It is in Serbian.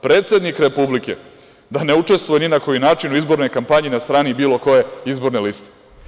Predsednik Republike da ne učestvuje ni na koji način u izbornoj kampanji na strani bilo koje izborne liste.